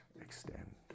extend